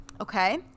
okay